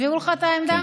העבירו לך את העמדה?